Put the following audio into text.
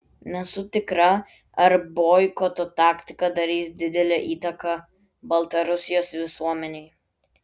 nesu tikra ar boikoto taktika darys didelę įtaką baltarusijos visuomenei